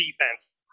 defense